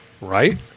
right